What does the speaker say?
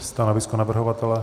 Stanovisko navrhovatele?